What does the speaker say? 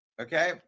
Okay